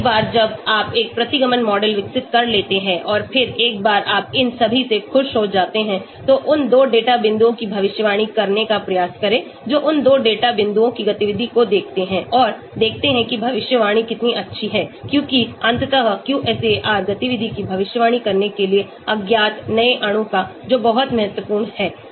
एक बार जब आप एक प्रतिगमन मॉडल विकसित कर लेते हैं और फिर एक बार आप इन सभी से खुश हो जाते हैं तो उन दो डेटा बिंदुओं की भविष्यवाणी करने का प्रयास करें जो उन दो डेटा बिंदुओं की गतिविधि को देखते हैं और देखते हैं कि भविष्यवाणी कितनी अच्छी है क्योंकि अंततः QSAR गतिविधि की भविष्यवाणी करने के लिए अज्ञात नए अणु का जो बहुत महत्वपूर्ण है